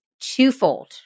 twofold